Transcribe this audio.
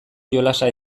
jolasa